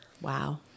Wow